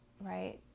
Right